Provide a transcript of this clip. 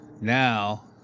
now